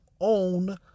own